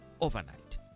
overnight